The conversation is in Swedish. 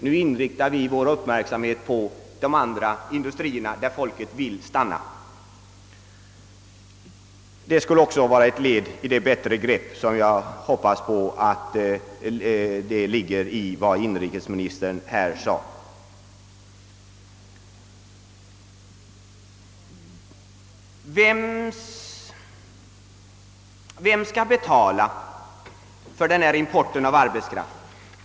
Nu riktar vi vår uppmärksamhet på de andra industrierna, där folket vill stanna.» Detta borde också vara ett led i det bättre grepp som inrikesministern talade om. Vem skall betala importen av arbetskraft?